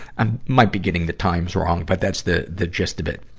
and might be getting the times wrong, but that's the, the gist of it.